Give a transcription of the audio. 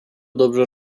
dobrze